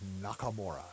Nakamura